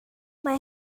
mae